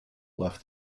left